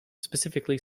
specifically